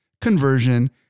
conversion